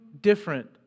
different